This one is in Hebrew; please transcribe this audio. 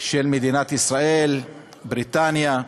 של מדינת ישראל, בריטניה,